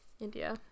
india